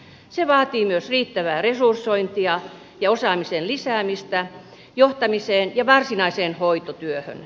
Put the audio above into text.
se vaatii myös riittävää resursointia ja osaamisen lisäämistä johtamiseen ja varsinaiseen hoitotyöhön